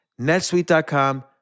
netsuite.com